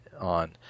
on